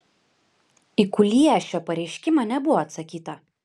į kuliešio pareiškimą nebuvo atsakyta